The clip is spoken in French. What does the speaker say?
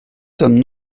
sommes